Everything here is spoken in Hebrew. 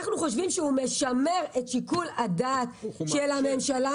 אנחנו חושבים שהוא משמר את שיקול הדעת של הממשלה